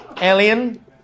alien